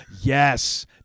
Yes